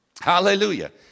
Hallelujah